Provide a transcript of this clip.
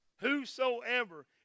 Whosoever